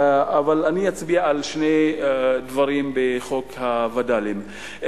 אבל אני אצביע על שני דברים בחוק הווד”לים,